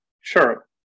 Sure